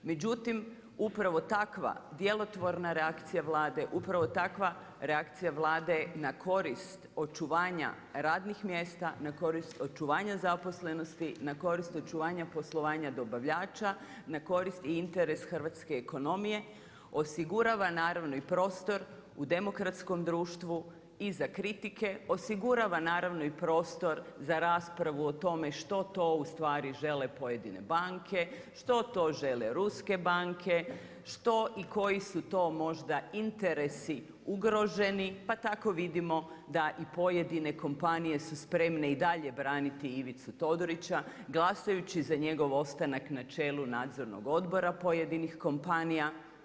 Međutim upravo takva djelotvorna reakcija Vlade, upravo takva reakcija Vlade je na korist očuvanja radnih mjesta, na korist očuvanja zaposlenosti, na korist očuvanja poslovanja dobavljača, na korist i interes hrvatske ekonomije, osigurava i prostor u demokratskom društvu i za kritike, osigurava, naravno i prostor za raspravu o tome što to ustvari žele pojedine banke, što to žele ruske banke, što i koji su to možda interesi ugroženi, pa tako vidimo da i pojedine kompanije su spremne i dalje braniti Ivicu Todorića, glasajući za njegov ostanak na čelu nadzornog odbora pojedinih kompanija.